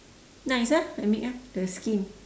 nice ah I make ah the skin